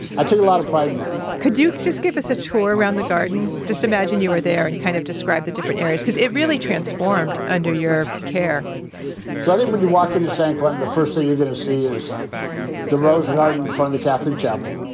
i took a lot of pride in that could you just give us a tour around the garden? just imagine you were there and kind of describe the different areas cause it really transformed under your care so i think when you walk into san quentin, the first thing you're going to see is the rose garden in front of the catholic chapel.